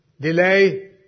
Delay